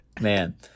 man